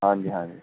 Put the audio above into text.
ਹਾਂਜੀ ਹਾਂਜੀ